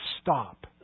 stop